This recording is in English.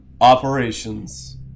operations